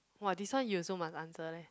!wah! this one you also must answer leh